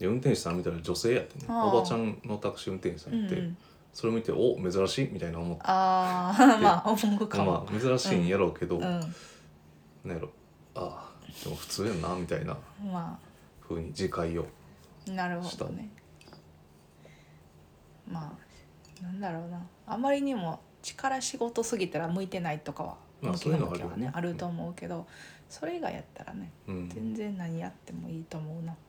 で、運転手さんみたいな女性やってね。はあ。おばちゃんのタクシー運転手さんやって、うんうん。それ見て、お、珍しい、みたいな思って。ああ、まあ、思うかも。まあ、珍しいんやろうけど、うん。うん。なんやろ、ああ、でも普通やな、みたいな、まあ。ふうに自戒をなるほどね。した。まあ、なんだろうな。あまりにも力仕事すぎたら向いてないとかは、まあ、そういうのはあるよね。向きな向きはね、あると思うけど、うん。それ以外やったらね、うん。全然何やってもいいと思うな。